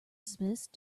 dismissed